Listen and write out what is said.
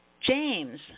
James